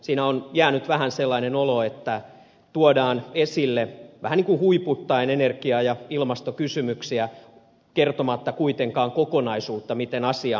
siitä on jäänyt vähän sellainen olo että tuodaan esille vähän niin kuin huiputtaen energia ja ilmastokysymyksiä kertomatta kuitenkaan kokonaisuutta miten asia ratkaistaan